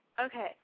Okay